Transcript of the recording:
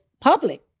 public